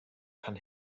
kann